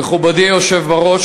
מכובדי היושב-ראש,